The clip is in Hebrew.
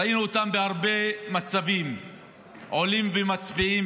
ראינו אותם בהרבה מצבים עולים ומצביעים,